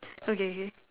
okay K